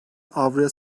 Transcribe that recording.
avroya